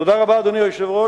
תודה רבה לאדוני היושב-ראש.